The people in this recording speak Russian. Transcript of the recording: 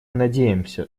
надеемся